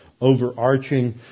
overarching